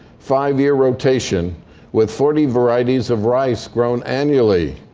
five year rotation with forty varieties of rice grown annually.